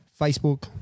Facebook